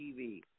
TV